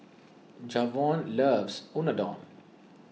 Javon loves Unadon